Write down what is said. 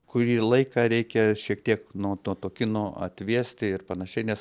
kurį laiką reikia šiek tiek nuo to to kino atvėsti ir panašiai nes